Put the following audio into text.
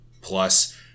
plus